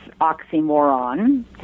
oxymoron